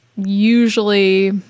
Usually